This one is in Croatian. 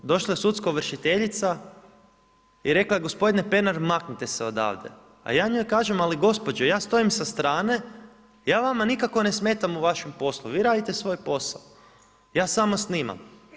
Došla je sudska ovršiteljica i rekla je gospodine Pernar, maknite se odavde, a ja njoj kažem ali gospođo, ja stojim sa strane, ja vam nikako ne smetam u vašem poslu, vi radite svoj posao, ja samo snimam.